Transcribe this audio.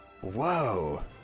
Whoa